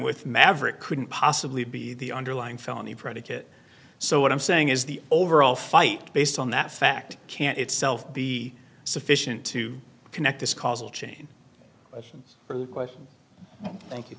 with maverick couldn't possibly be the underlying felony predicate so what i'm saying is the overall fight based on that fact can't itself be sufficient to connect this causal chain thank you thank you